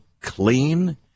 clean